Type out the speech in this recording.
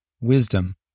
wisdom